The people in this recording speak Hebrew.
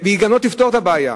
והיא גם לא תפתור את הבעיה.